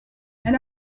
elle